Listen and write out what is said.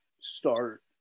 start